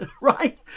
right